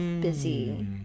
busy